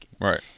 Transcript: Right